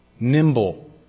Nimble